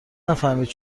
نفهمید